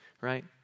right